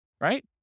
right